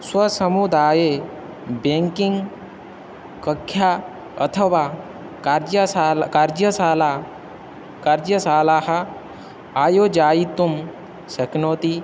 स्वसमुदाये banking कक्षा अथवा कार्यशाला कार्यशाला कार्यशाला आयोजयितुं शक्नोति